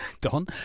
Don